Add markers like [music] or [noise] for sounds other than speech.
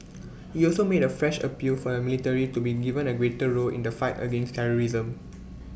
[noise] he also made A fresh appeal for the military to be given A greater role in the fight against terrorism